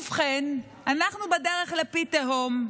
ובכן, אנחנו בדרך לפי תהום.